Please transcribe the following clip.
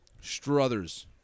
Struthers